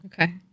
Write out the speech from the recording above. Okay